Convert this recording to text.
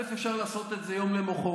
אז אפשר לעשות את זה יום למוחרת,